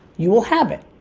you will have it.